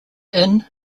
inn